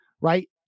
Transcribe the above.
Right